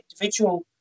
individual